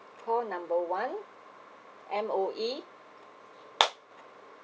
call number one M_O_E